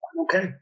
okay